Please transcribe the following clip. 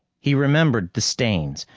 he remembered the stains,